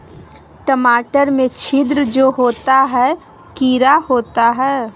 टमाटर में छिद्र जो होता है किडा होता है?